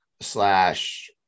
slash